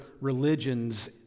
religions